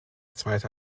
zweite